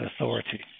authority